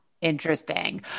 Interesting